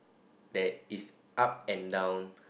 bad is up and down